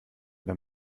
wenn